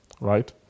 right